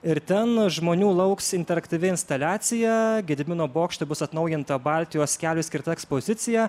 ir ten žmonių lauks interaktyvi instaliacija gedimino bokšte bus atnaujinta baltijos keliui skirta ekspozicija